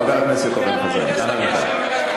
חבר הכנסת אורן חזן, בבקשה.